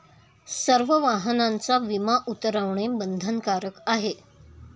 सर्व वाहनांचा विमा उतरवणे बंधनकारक आहे